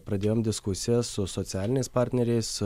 pradėjom diskusijas su su socialiniais partneriais